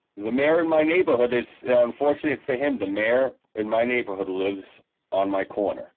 the mayor in my neighborhood is unfortunate for him the mayor in my neighborhood lives on my corner